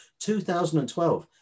2012